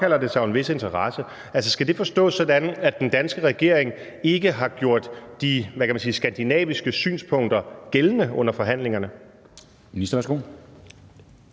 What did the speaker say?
så påkalder det sig jo en vis interesse. Altså, skal det forstås sådan, at den danske regering ikke har gjort de, hvad kan man sige, skandinaviske synspunkter gældende under forhandlingerne?